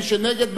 מי שנגד,